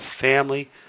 family